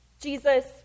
Jesus